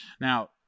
Now